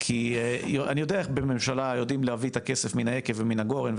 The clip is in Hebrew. כי אני יודע איך בממשלה יודעים איך להביא את הכסף מן היקב ומן הגורן.